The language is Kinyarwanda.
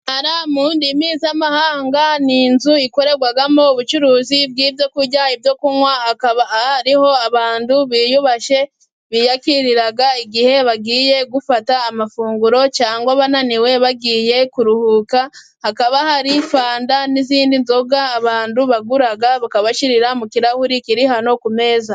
Bara mu ndimi z'amahanga, ni inzu ikorerwamo ubucuruzi bw'ibyo kurya ibyo kunywa, hakaba hariho abantu biyubashye biyakira igihe bagiye gufata amafunguro, cyangwa bananiwe bagiye kuruhuka, hakaba hari fanta n'izindi nzoga abantu bagura, bakabashyirira mu kirahuri kiri hano ku meza.